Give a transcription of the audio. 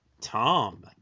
Tom